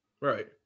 right